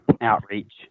outreach